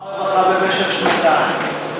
שר הרווחה במשך שנתיים.